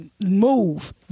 Move